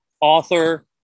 author